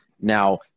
Now